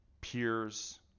peers